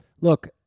Look